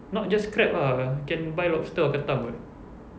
not just crab ah can buy lobster or ketam [what]